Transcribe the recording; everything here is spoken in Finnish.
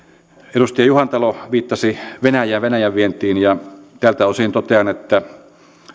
edustaja juhantalo viittasi venäjään venäjän vientiin ja tältä osin totean että